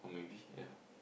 or maybe yeah